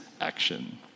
action